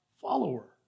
follower